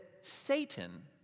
Satan